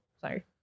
Sorry